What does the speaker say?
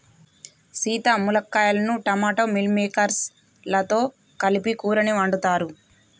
సీత మునక్కాయలను టమోటా మిల్ మిల్లిమేకేర్స్ లతో కలిపి కూరని వండుతారు